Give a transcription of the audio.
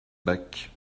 bac